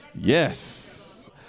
Yes